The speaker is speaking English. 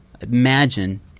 imagine